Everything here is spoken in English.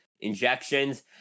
injections